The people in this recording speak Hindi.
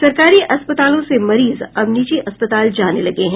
सरकारी अस्पतालों से मरीज अब निजी अस्पताल जाने लगे हैं